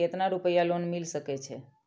केतना रूपया लोन मिल सके छै?